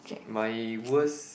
my worst